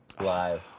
live